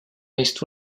neist